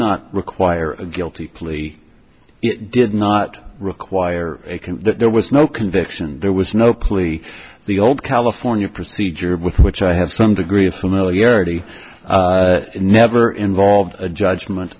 not require a guilty plea it did not require that there was no conviction there was no plea the old california procedure with which i have some degree of familiarity never involved a judgment